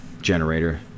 generator